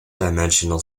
dimensional